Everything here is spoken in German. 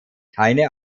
keine